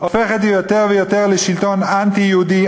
הופכת יותר ויותר לשלטון אנטי-יהודי,